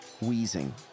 wheezing